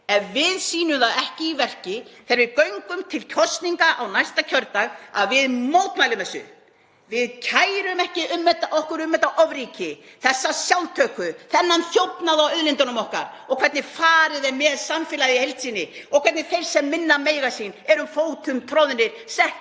ef við sýnum það ekki í verki þegar við göngum til kosninga á næsta kjördag að við mótmælum þessu. Við kærum okkur ekki um þetta ofríki, þessa sjálftöku, þennan þjófnað á auðlindunum okkar og hvernig farið er með samfélagið í heild sinni og hvernig þeir sem minna mega sín eru fótum troðnir,